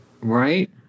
Right